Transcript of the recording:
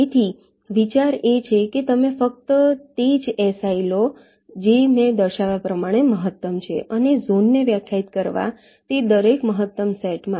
તેથી વિચાર એ છે કે તમે ફક્ત તે જ Si લો જે મેં દર્શાવ્યા પ્રમાણે મહત્તમ છે અને ઝોનને વ્યાખ્યાયિત કરવા તે દરેક મહત્તમ સેટ માટે